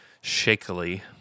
shakily